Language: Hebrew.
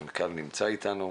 המנכ"ל, נמצא איתנו.